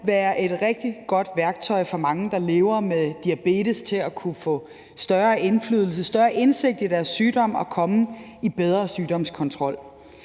være et rigtig godt værktøj for mange, der lever med diabetes, til at kunne få større indsigt i deres sygdom og komme i bedre sygdomskontrol.